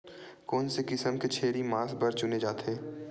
कोन से किसम के छेरी मांस बार चुने जाथे?